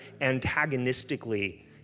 antagonistically